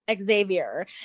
Xavier